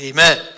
Amen